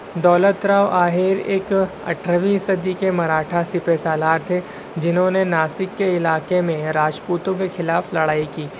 دولت راؤ آہیر ایک اٹھارہویں صدی کے مراٹھا سپہ سالار تھے جنہوں نے ناسک کے علاقے میں راجپوتوں کے خلاف لڑائی کی